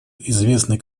известный